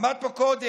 עמד פה קודם,